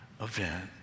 event